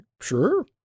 sure